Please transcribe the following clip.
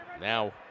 Now